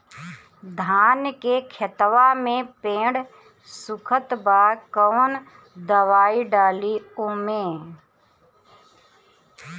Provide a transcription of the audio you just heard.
धान के खेतवा मे पेड़ सुखत बा कवन दवाई डाली ओमे?